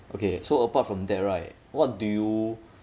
okay so apart from that right what do you